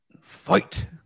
fight